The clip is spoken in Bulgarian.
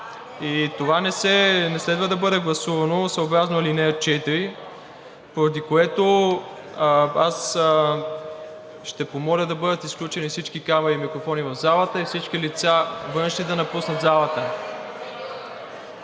Това не следва да бъде гласувано съобразно ал. 4, поради което аз ще помоля да бъдат изключени всички камери и микрофони в залата и всички външни лица да напуснат залата.